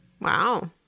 Wow